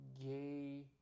gay